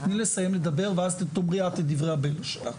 תתני לסיים לדבר ואז תאמרי את את דברי הבלע שלך.